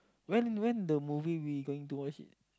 when when the movie we going to watch it